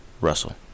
Russell